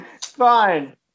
Fine